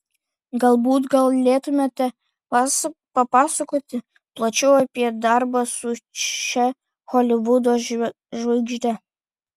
galbūt galėtumėte papasakoti plačiau apie darbą su šia holivudo žvaigžde